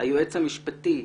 היועץ המשפטי,